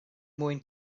mwyn